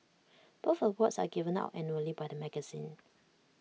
both awards are given out annually by the magazine